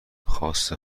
خواست